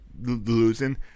losing